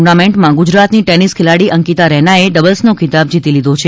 ટુર્નામેન્ટમાં ગુજરાતની ટેનિસ ખેલાડી અંકિતા રૈનાએ ડબલ્સનો ખિતાબ જીતી લીધો છે